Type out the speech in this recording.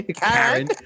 Karen